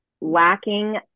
lacking